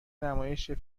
نمایش، یه